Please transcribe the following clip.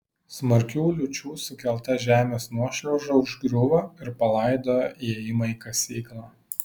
smarkių liūčių sukelta žemės nuošliauža užgriuvo ir palaidojo įėjimą į kasyklą